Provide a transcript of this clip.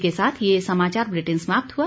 इसी के साथ ये समाचार बुलेटिन समाप्त हुआ